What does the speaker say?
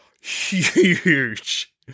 huge